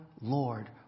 Lord